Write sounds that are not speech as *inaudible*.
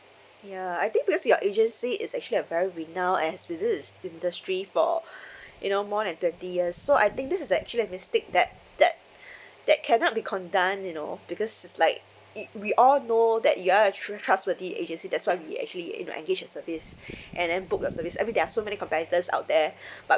ya I think because your agency is actually a very renown and has been this industry for *breath* you know more than twenty years so I think this is actually a mistake that that *breath* that cannot be condone you know because it's like you we all know that you all are truth trustworthy agency that's why we actually you know engaged your service *breath* and then booked your service I mean there are so many competitors out there *breath* but